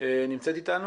היא נמצאת איתנו?